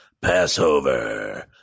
Passover